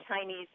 Chinese